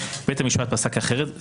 בית המשפט פסק אחרת,